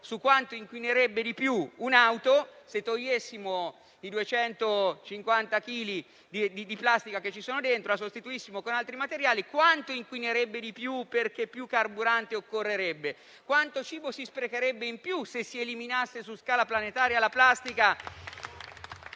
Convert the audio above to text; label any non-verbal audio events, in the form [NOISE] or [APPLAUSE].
su quanto inquinerebbe di più un'auto se togliessimo i 250 chili di plastica che ci sono dentro e la sostituissimo con altri materiali: inquinerebbe di più perché occorrerebbe più carburante. [APPLAUSE] Quanto cibo si sprecherebbe in più, se si eliminasse su scala planetaria la plastica